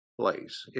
place